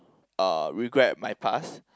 uh regret my past